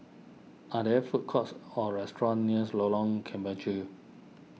are there food courts or restaurants nears Lorong Kemunchup